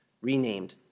renamed